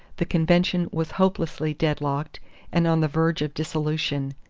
the convention was hopelessly deadlocked and on the verge of dissolution,